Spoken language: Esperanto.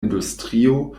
industrio